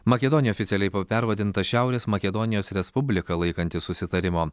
makedonija oficialiai pervadinta šiaurės makedonijos respublika laikantis susitarimo